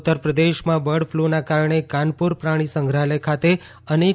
ઉત્તર પ્રદેશમાં બર્ડ ફ્લુના કારણે કાનપુર પ્રાણીસંગ્રહાલય ખાતે અનેક